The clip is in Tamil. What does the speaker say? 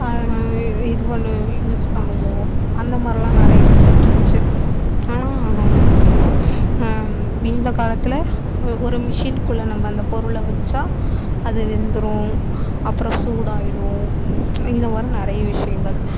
இது பண்ணுவோம் யூஸ் பண்ணுவோம் அந்தமாதிரிலாம் நிறைய இருந்துட்டுருந்துச்சு ஆனால் இந்த காலத்தில் ஒரு மிஷினுக்குள்ளே நம்ம அந்த பொருளை வைச்சா அது வெந்துடும் அப்புறம் சூடாகிடும் இந்தமாதிரி நிறைய விஷயங்கள்